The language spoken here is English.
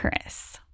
Chris